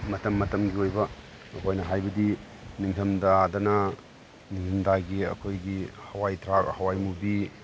ꯃꯇꯝ ꯃꯇꯝꯒꯤ ꯑꯣꯏꯕ ꯑꯩꯈꯣꯏꯅ ꯍꯥꯏꯕꯗꯤ ꯅꯤꯡꯊꯝ ꯊꯥꯗꯅ ꯅꯤꯡꯊꯝ ꯊꯥꯒꯤ ꯑꯩꯈꯣꯏꯒꯤ ꯍꯋꯥꯏ ꯊ꯭ꯔꯥꯛ ꯍꯋꯥꯏ ꯃꯨꯕꯤ